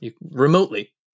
Remotely